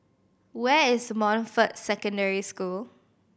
where is Montfort Secondary School